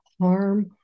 harm